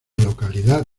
localidad